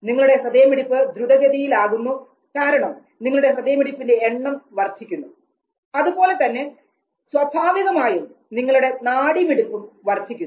നിങ്ങളുടെ ഹൃദയമിടിപ്പ് ധ്രുതഗതിയിൽ ആകുന്നു കാരണം നിങ്ങളുടെ ഹൃദയമിടിപ്പിന്റെ എണ്ണം വർദ്ധിക്കുന്നു അതുപോലെതന്നെ സ്വാഭാവികമായും നിങ്ങളുടെ നാഡിമിടിപ്പും വർധിക്കുന്നു